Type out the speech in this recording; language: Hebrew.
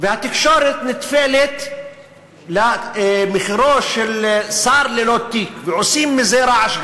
והתקשורת נטפלת למחירו של שר ללא תיק ועושים מזה רעש גדול,